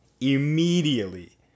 Immediately